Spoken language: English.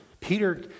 Peter